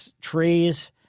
trees